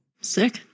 Sick